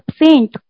saint